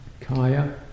Kaya